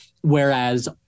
whereas